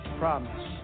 promise